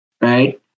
Right